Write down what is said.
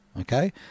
okay